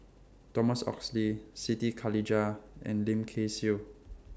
Thomas Oxley Siti Khalijah and Lim Kay Siu